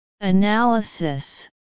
analysis